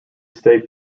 stay